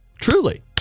truly